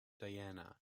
diana